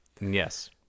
Yes